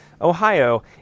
Ohio